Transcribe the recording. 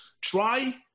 try